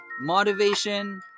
Motivation